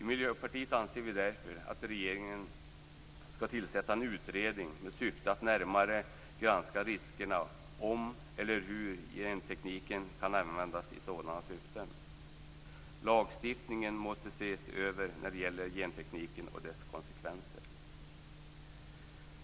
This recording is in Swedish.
I Miljöpartiet anser vi därför att regeringen skall tillsätta en utredning med syfte att närmare granska riskerna och om eller hur gentekniken kan användas i sådana syften. Lagstiftningen måste ses över när det gäller gentekniken och dess konsekvenser.